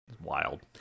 Wild